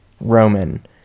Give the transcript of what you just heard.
Roman